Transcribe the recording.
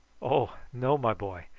oh! no, my boy.